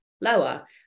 lower